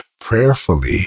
prayerfully